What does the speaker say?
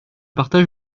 partage